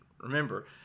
Remember